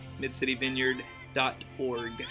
midcityvineyard.org